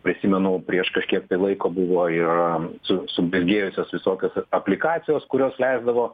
prisimenu prieš kažkiek tai laiko buvojo ir su sumirgėjusios visokios ap aplikacijos kurios leisdavo